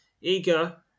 Eager